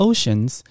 Oceans